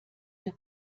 wir